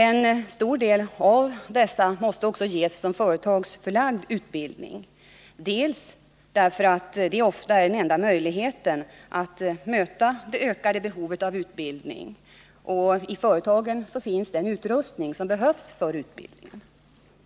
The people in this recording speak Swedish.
En stor del av dessa måste också ges som företagsförlagd utbildning, dels därför att det ofta är den enda möjligheten att möta det ökade behovet av utbildning — och i företagen finns den utrustning som behövs för utbildningen